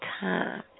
time